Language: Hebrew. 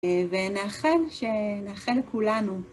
ונאחל שנאחל לכולנו...